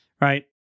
right